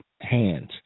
hands